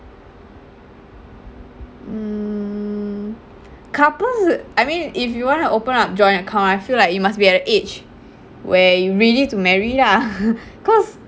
um couples I mean if you want to open up joint account I feel like you must be at the age where you really to marry lah cause